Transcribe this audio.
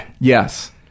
Yes